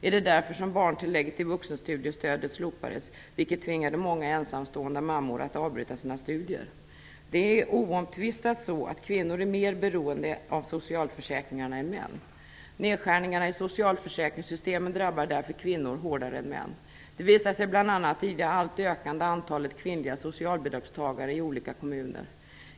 Är det därför som barntillägget till vuxenstudiestödet slopats? Detta har tvingat många ensamstående mammor att avbryta sina studier. Oomtvistat är kvinnor mera beroende av socialförsäkringarna än män. Nedskärningarna i socialförsäkringssystemen drabbar därför kvinnor hårdare än män. Det visar sig bl.a. i det alltmer ökande antalet kvinnliga socialbidragstagare i olika kommuner.